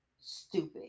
stupid